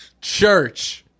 Church